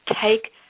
take